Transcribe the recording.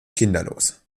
kinderlos